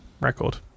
record